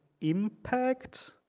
impact